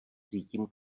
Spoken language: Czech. cítím